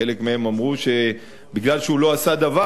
חלק מהם אמרו שמכיוון שהוא לא עשה דבר,